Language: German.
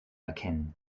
erkennen